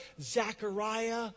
Zechariah